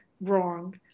wrong